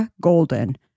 Golden